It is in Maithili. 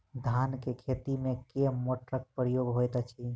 धान केँ खेती मे केँ मोटरक प्रयोग होइत अछि?